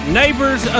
neighbors